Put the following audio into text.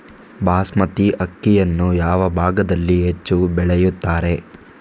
ಬಾಸ್ಮತಿ ಅಕ್ಕಿಯನ್ನು ಯಾವ ಭಾಗದಲ್ಲಿ ಹೆಚ್ಚು ಬೆಳೆಯುತ್ತಾರೆ?